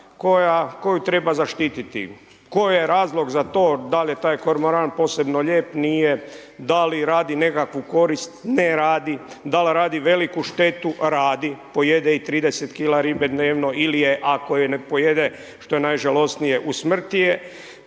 koju treba zaštiti. Koji je razlog za to, da li je taj kormoran posebno lijep, nije? Da li radi nekakvu korist, ne radi. Da li radi veliku štetu, radi, pojede i 30 kg ribe dnevno. Ili je ako je ne pojede što je najžalosnije usmrti je.